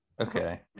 Okay